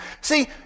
See